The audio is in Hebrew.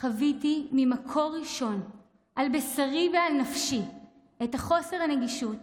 חוויתי ממקור ראשון על בשרי ועל נפשי את חוסר הנגישות,